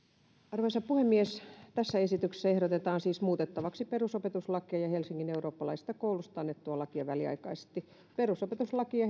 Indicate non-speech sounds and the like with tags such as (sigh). arvoisa puhemies tässä esityksessä ehdotetaan siis muutettavaksi perusopetuslakia ja helsingin eurooppalaisesta koulusta annettua lakia väliaikaisesti perusopetuslakiin (unintelligible)